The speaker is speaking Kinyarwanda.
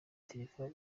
telefoni